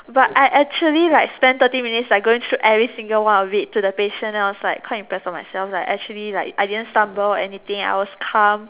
but I actually like spent thirty minutes like going through every single one of it to the patient then I was like quite impressed with myself lah I didn't stumble I was calm